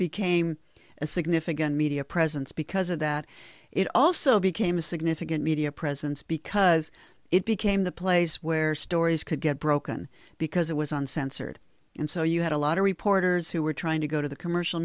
became a significant media presence because of that it also became a significant media presence because it became the place where stories could get broken because it was uncensored and so you had a lot of reporters who were trying to go to the commercial